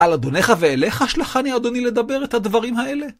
על אדונך ואליך שלחני אדוני לדבר את הדברים האלה?